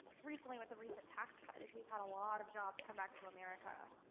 recently with the recent tax cut is we've had a lot of jobs come back to america.